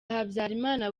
habyarimana